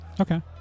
Okay